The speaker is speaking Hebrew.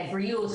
בריאות,